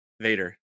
Vader